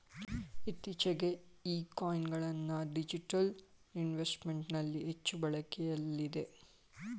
ಇತ್ತೀಚೆಗೆ ಈ ಕಾಯಿನ್ ಗಳನ್ನ ಡಿಜಿಟಲ್ ಇನ್ವೆಸ್ಟ್ಮೆಂಟ್ ನಲ್ಲಿ ಹೆಚ್ಚು ಬಳಕೆಯಲ್ಲಿದೆ